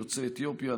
יוצאי אתיופיה,